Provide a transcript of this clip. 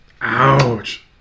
Ouch